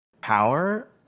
power